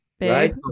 right